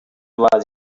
was